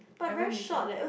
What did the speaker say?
I went before